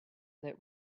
that